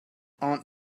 aunt